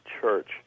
church